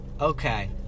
okay